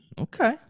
okay